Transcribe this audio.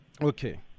Okay